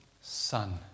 son